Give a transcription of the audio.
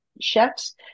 chefs